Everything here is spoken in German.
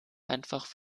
einfach